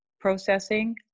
processing